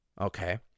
Okay